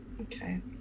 okay